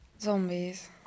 Zombies